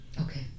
Okay